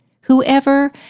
Whoever